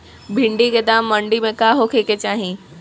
भिन्डी के दाम मंडी मे का होखे के चाही?